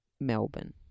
Melbourne